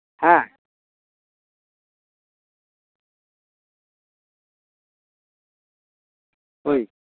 ᱦᱮᱸ ᱦᱳᱭ